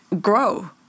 grow